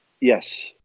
Yes